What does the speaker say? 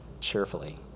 cheerfully